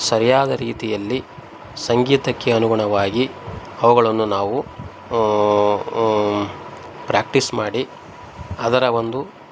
ಸರಿಯಾದ ರೀತಿಯಲ್ಲಿ ಸಂಗೀತಕ್ಕೆ ಅನುಗುಣವಾಗಿ ಅವುಗಳನ್ನು ನಾವು ಪ್ರ್ಯಾಕ್ಟೀಸ್ ಮಾಡಿ ಅದರ ಒಂದು